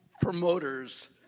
promoters